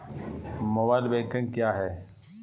Mobile banking क्या है?